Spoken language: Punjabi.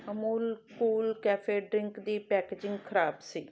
ਅਮੂਲ ਕੂਲ ਕੈਫੇ ਡਰਿੰਕ ਦੀ ਪੈਕੇਜਿੰਗ ਖਰਾਬ ਸੀ